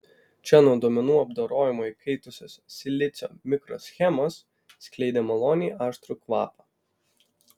čia nuo duomenų apdorojimo įkaitusios silicio mikroschemos skleidė maloniai aštrų kvapą